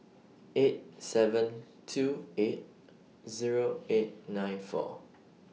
eight seven two eight Zero eight nine four